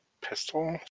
pistol